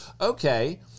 okay